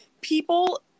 People